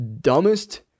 dumbest